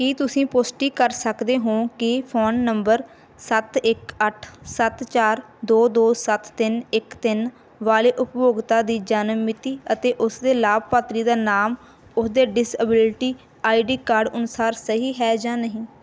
ਕੀ ਤੁਸੀਂ ਪੁਸ਼ਟੀ ਕਰ ਸਕਦੇ ਹੋ ਕਿ ਫੋਨ ਨੰਬਰ ਸੱਤ ਇੱਕ ਅੱਠ ਸੱਤ ਚਾਰ ਦੋ ਦੋ ਸੱਤ ਤਿੰਨ ਇੱਕ ਤਿੰਨ ਵਾਲੇ ਉਪਭੋਗਤਾ ਦੀ ਜਨਮ ਮਿਤੀ ਅਤੇ ਉਸ ਦੇ ਲਾਭਪਾਤਰੀ ਦਾ ਨਾਮ ਉਸਦੇ ਡਿਸਐਬੀਲਿਟੀ ਆਈਡੀ ਕਾਰਡ ਅਨੁਸਾਰ ਸਹੀ ਹੈ ਜਾਂ ਨਹੀਂ